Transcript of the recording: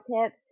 hips